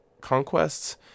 conquests